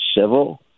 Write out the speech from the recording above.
civil